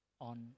on